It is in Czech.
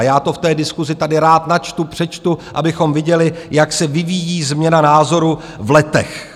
Já to v té diskusi tady rád načtu, přečtu, abychom viděli, jak se vyvíjí změna názoru v letech.